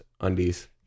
undies